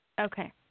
Okay